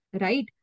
right